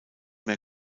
mehr